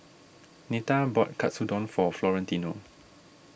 Nita bought Katsudon for Florentino